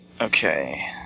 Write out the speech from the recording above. Okay